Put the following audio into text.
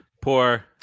Poor